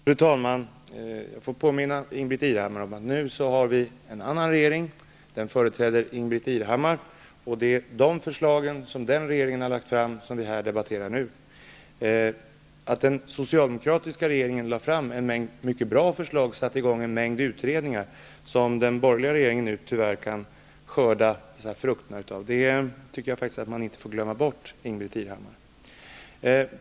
Fru talman! Jag får påminna Ingbritt Irhammar om att vi nu har en annan regering som företräds av Ingbritt Irhammar och att det är de förslag som den regeringen har lagt fram som vi nu debatterar. Att den socialdemokratiska regeringen lade fram en mängd mycket bra förslag och satte i gång en mängd utredningar som den borgerliga regeringen nu tyvärr kan skörda frukterna av, får man faktiskt inte glömma bort, Ingbritt Irhammar.